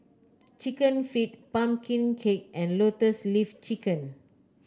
chicken feet pumpkin cake and Lotus Leaf Chicken